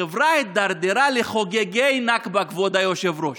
החברה הידרדרה לחוגגי נכבה, כבוד היושב-ראש.